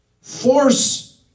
Force